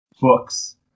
books